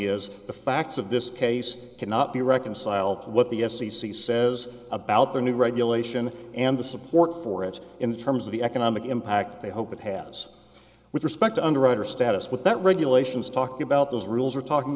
is the facts of this case cannot be reconciled to what the f c c says about their new regulation and the support for it in terms of the economic impact they hope it has with respect underwriter status with that regulations talk about those rules we're talking